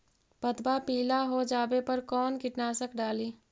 पतबा पिला हो जाबे पर कौन कीटनाशक डाली?